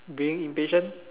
being impatient